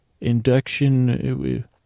induction